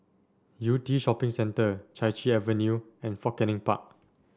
Yew Tee Shopping Centre Chai Chee Avenue and Fort Canning Park